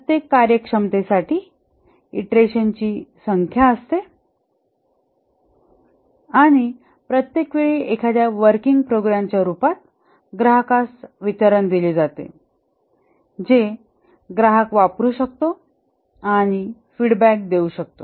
प्रत्येक कार्यक्षमतेसाठी इटरेशनची संख्या असते आणि प्रत्येक वेळी एखाद्या वर्किंग प्रोग्राम च्या रूपात ग्राहकास वितरण दिले जाते जे ग्राहक वापरू शकतो आणि फीडबॅक देऊ शकतो